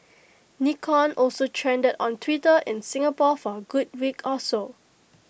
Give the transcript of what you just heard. Nikon also trended on Twitter in Singapore for A good week or so